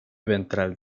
ventral